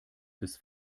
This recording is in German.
bis